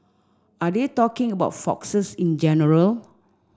are they talking about foxes in general